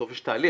בסוף יש תהליך.